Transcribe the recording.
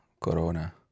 Corona